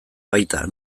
baita